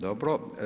Dobro.